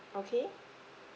okay